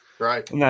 right